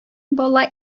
бала